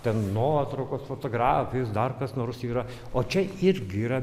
ten nuotraukos fotografijos dar kas nors yra o čia irgi yra